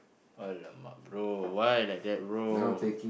!alamak! bro why like that bro